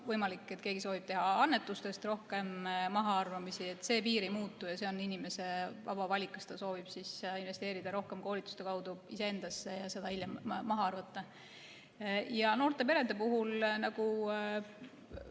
võimalik, et keegi soovib teha annetuste puhul rohkem mahaarvamisi. See piir ei muutu ja see on inimese vaba valik, kas ta soovib rohkem investeerida koolituste kaudu iseendasse ja seda hiljem maha arvata. Noorte perede puhul,